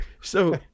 So-